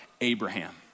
Abraham